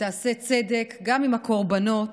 שתעשה צדק גם עם הקורבנות,